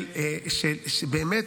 באמת,